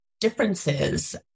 differences